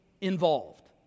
involved